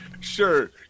sure